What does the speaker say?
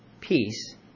peace